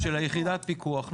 של יחידת הפיקוח.